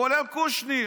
כולל קושניר.